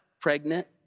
pregnant